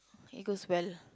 it goes well